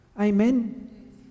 amen